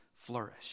flourish